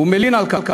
הוא מלין על כך,